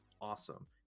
awesome